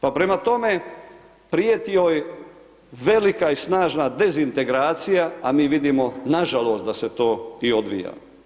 Pa prema tome, prijeti joj velika i snažna dezintegracija, a mi vidimo, nažalost, da se to i odvija.